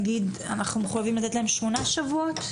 נגיד אנחנו מחויבים לתת להם שמונה שבועות,